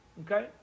okay